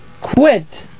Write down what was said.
Quit